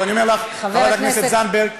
ואני אומר לך, חברת הכנסת זנדברג,